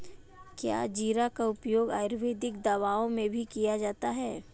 क्या जीरा का उपयोग आयुर्वेदिक दवाओं में भी किया जाता है?